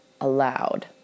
aloud